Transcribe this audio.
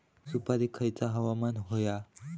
सुपरिक खयचा हवामान होया?